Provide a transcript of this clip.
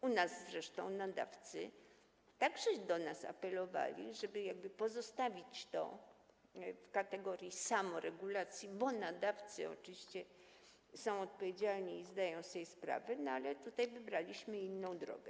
U nas zresztą nadawcy także do nas apelowali, żeby pozostawić to w kategorii samoregulacji, bo nadawcy oczywiście są odpowiedzialni i zdają sobie sprawę, ale wybraliśmy inną drogę.